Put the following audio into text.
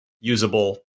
usable